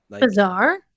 bizarre